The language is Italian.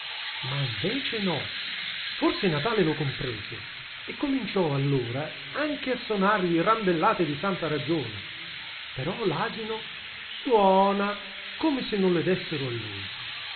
ma invece no forse natale lo comprese e cominciò allora anche a sonargli randellate di santa ragione però l'asino suona come se non le dessero a lui